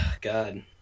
God